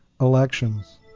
elections